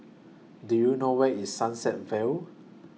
Do YOU know Where IS Sunset Vale